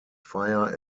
fire